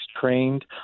trained